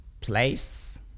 place